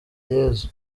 yezu